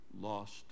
lost